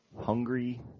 hungry